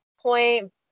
point